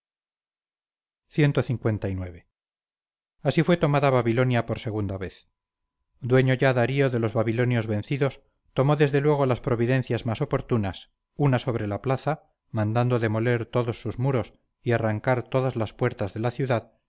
tomada babilonia por segunda vez dueño ya darío de los babilonios vencidos tomó desde luego las providencias más oportunas una sobre la plaza mandando demoler todos sus muros y arrancar todas las puertas de la ciudad